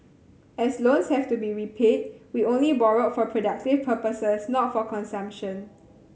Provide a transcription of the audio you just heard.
as loans have to be repaid we only borrowed for productive purposes not for consumption